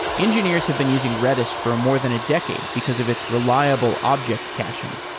engineers have been using redis for more than a decade because of its reliable object caching,